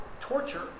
torture